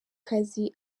kazi